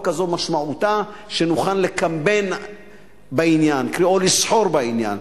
הזאת משמעותה שנוכל לקמבן בעניין או לסחור בעניין,